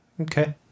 Okay